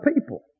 people